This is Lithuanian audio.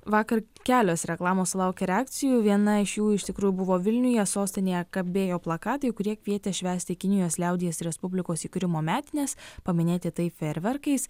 vakar kelios reklamos sulaukė reakcijų viena iš jų iš tikrųjų buvo vilniuje sostinėje kabėjo plakatai kurie kvietė švęsti kinijos liaudies respublikos įkūrimo metines paminėti tai fejerverkais